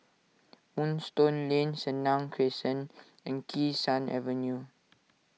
Moonstone Lane Senang Crescent and Kee Sun Avenue